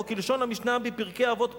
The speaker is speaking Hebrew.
או כלשון המשנה בפרקי אבות,